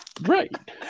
Right